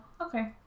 okay